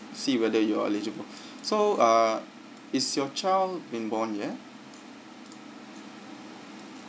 see whether you're eligible so uh is your child been born yet